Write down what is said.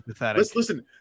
listen